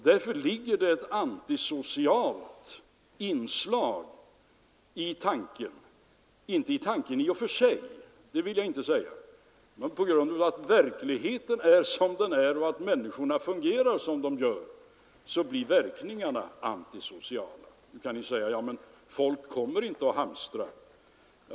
Därför ligger det ett antisocialt inslag i tanken; det ligger inte i tanken i och för sig, men på grund av att verkligheten är som den är och människorna fungerar som de gör blir verkningarna antisociala. Då kan ni säga: Folk kommer inte att hamstra.